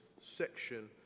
section